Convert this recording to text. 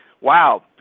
Wow